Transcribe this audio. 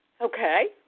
Okay